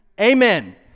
Amen